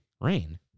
Rain